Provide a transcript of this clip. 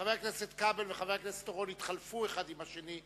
חבר הכנסת כבל וחבר הכנסת אורון התחלפו אחד עם השני,